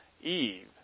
Eve